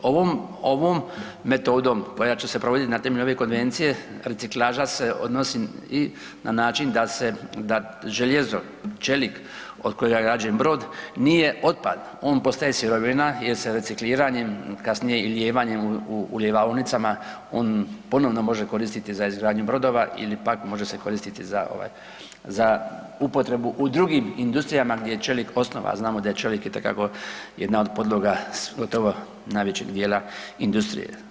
Ovom metodom koja će se provoditi na temelju ove konvencije reciklaža se odnosi i na način da se, da željezo čelik od kojega je građen brod nije otpad, on postaje sirovina jer se recikliranjem kasnije i lijevanjem u ljevaonicama on može ponovno može koristiti za izgradnju brodova ili pak može se koristiti za ovaj za upotrebu u drugim industrijama gdje je čelik osnova, a znamo da je čelik itekako jedna od podloga gotovo najvećeg dijela industrije.